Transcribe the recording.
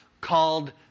called